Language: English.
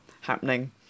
happening